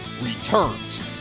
returns